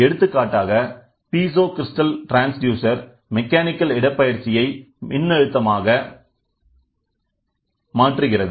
எடுத்துக்காட்டாக piezo crystal transducer mechanical இடப்பெயற்சியை மின்னழுத்தமாக மாற்றுகிறது